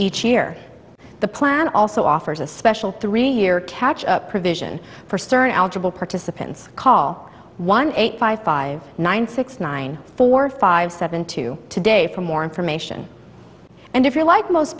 each year the plan also offers a special three year catch up provision for certain eligible participants call one eight five five nine six nine four five seven two today for more information and if you're like most